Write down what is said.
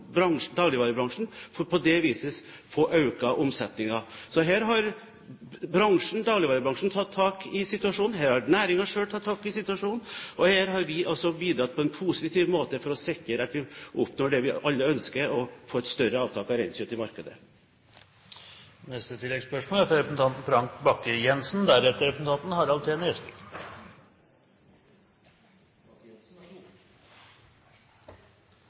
dagligvarebransjen for på det viset å få økt omsetningen. Så her har dagligvarebransjen tatt tak i situasjonen, her har næringen selv tatt tak i situasjonen, og her har vi altså bidratt på en positiv måte for å sikre at vi oppnår det vi alle ønsker: å få et større avtak av reinkjøtt i markedet.